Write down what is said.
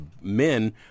men